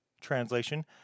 translation